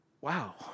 wow